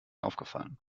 aufgefallen